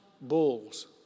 bulls